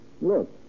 Look